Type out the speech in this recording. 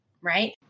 Right